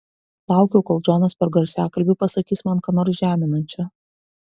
laukiau kol džonas per garsiakalbį pasakys man ką nors žeminančio